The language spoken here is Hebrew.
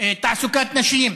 תעסוקת נשים,